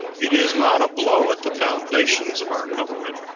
it is not a blow at the foundations of our government,